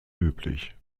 üblich